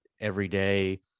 everyday